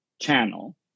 channel